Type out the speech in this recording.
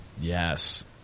Yes